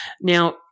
Now